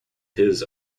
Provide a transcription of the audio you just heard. his